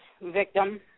victim